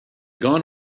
gone